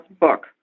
book